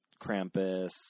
Krampus